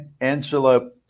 Angela